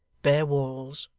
bare walls,